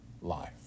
life